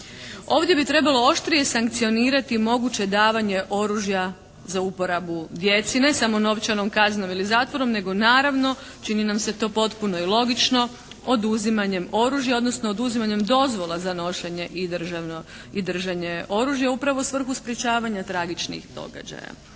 Ovdje bi trebalo oštrije sankcionirati moguće davanje oružja za uporabu djeci ne samo novčanom kaznom ili zatvorom, nego naravno čini nam se to potpuno i logično oduzimanjem oružja, odnosno oduzimanjem dozvola za nošenje i držanje oružja upravo u svrhu sprječavanja tragičnih događaja.